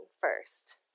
first